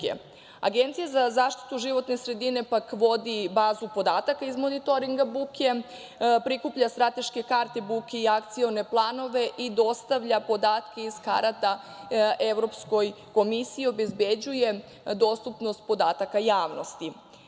buke. Agencija za zaštitu životne sredine, pak, vodi bazu podataka iz monitoringa buke, prikuplja strateške karte buke i akcione planove i dostavlja podatke iz karata Evropskoj komisiji, obezbeđuje dostupnost podataka javnosti. Autonomna